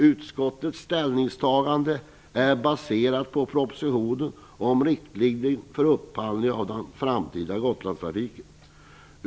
Utskottets ställningstagande är baserat på propositionen Riktlinjer för upphandling av den framtida Gotlandstrafiken.